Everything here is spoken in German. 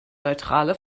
neutrale